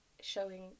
showing